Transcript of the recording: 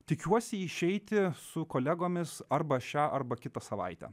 tikiuosi išeiti su kolegomis arba šią arba kitą savaitę